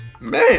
Man